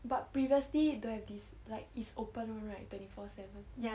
but previously don't have this like it's open on right twenty four seven